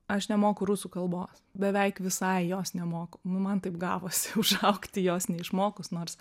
aš nemoku rusų kalbos beveik visai jos nemoku nu man taip gavosi užaugti jos neišmokus nors